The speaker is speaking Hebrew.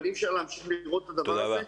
אבל אי אפשר להמשיך לדרוש את הדבר הזה,